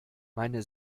meine